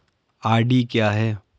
RD क्या है?